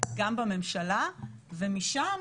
גם בממשלה ומשם